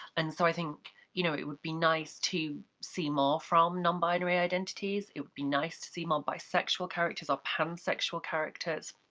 and so, i think, you know, it be nice to see more from nonbinary identities, it would be nice to see more bisexual characters or pansexual characters.